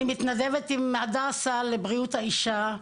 אני מתנדבת עם בית חולים הדסה בתחום בריאות האישה,